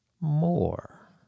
More